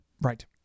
Right